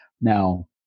Now